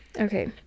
Okay